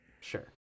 sure